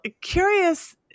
curious